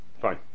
Fine